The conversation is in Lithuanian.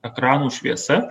ekranų šviesa